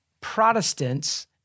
Protestants